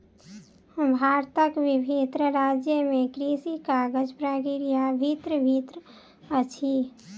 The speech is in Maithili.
भारतक विभिन्न राज्य में कृषि काजक प्रक्रिया भिन्न भिन्न अछि